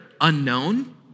unknown